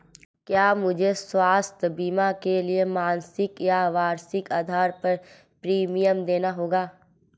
क्या मुझे स्वास्थ्य बीमा के लिए मासिक या वार्षिक आधार पर प्रीमियम देना होगा?